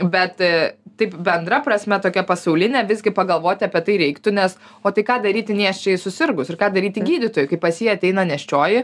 bet taip bendra prasme tokia pasauline visgi pagalvoti apie tai reiktų nes o tai ką daryti nėščiajai susirgus ir ką daryti gydytojui kai pas jį ateina nėščioji